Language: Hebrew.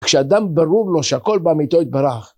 כשאדם ברור לו שהכל באמיתו התברך.